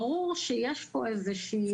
ברור יש פה איזה שהיא